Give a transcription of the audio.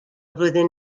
flwyddyn